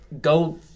go